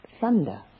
thunder